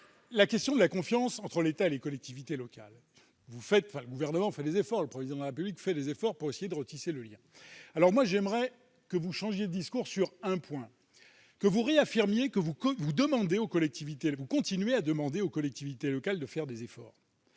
la question de la confiance entre l'État et les collectivités locales. Le Gouvernement et le Président de la République font des efforts pour essayer de retisser le lien avec les collectivités. Dans ce contexte, j'aimerais que vous changiez de discours sur un point : je veux que vous réaffirmiez que vous continuez à demander aux collectivités locales de faire des efforts.